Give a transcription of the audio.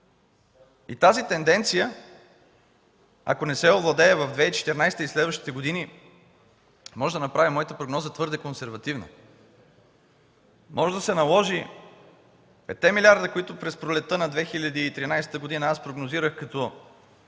Тази тенденция, ако не се овладее в 2014-а и следващите години, може да направи моята прогноза твърде консервативна. Може да се наложи 5-те милиарда, които през пролетта на 2013 г. аз прогнозирах като